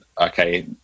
okay